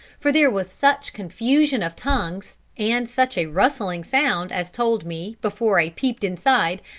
for there was such confusion of tongues, and such a rustling sound, as told me, before i peeped inside,